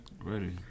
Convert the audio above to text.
Ready